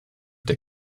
der